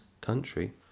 country